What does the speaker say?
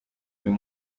uyu